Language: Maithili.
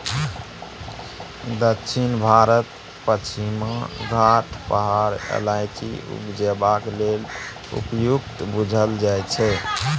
दक्षिण भारतक पछिमा घाट पहाड़ इलाइचीं उपजेबाक लेल उपयुक्त बुझल जाइ छै